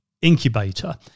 incubator